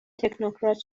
تکنوکرات